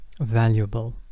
valuable